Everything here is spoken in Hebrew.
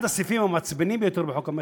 אחד הסעיפים המעצבנים ביותר בחוזה מכר,